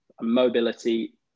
mobility